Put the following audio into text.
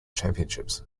championships